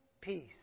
peace